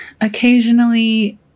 occasionally